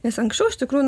nes anksčiau iš tikrųjų